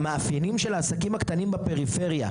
המאפיינים של העסקים הקטנים בפריפריה,